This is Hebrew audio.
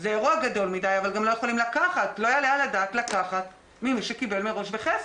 הגדלת הוותק של הגננות וכיוצא בזה.